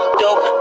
dope